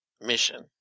mission